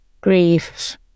grief